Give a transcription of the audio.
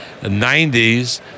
90s